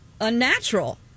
unnatural